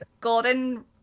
Golden